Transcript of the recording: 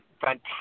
fantastic